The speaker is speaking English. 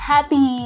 Happy